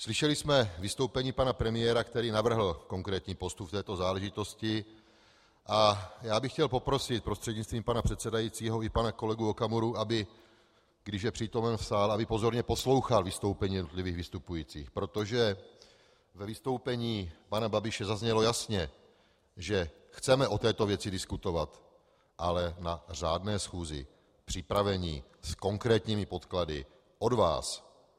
Slyšeli jsme vystoupení pana premiéra, který navrhl konkrétní postup v této záležitosti, a chtěl bych poprosit prostřednictvím pana předsedajícího i pana kolegu Okamuru, když je přítomen v sále, aby pozorně poslouchal vystoupení jednotlivých vystupujících, protože ve vystoupení pana Babiše zaznělo jasně, že chceme o této věci diskutovat, ale na řádné schůzi, připraveni, s konkrétními podklady od vás.